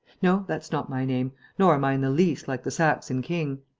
no, that's not my name nor am i in the least like the saxon king.